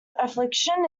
affiliation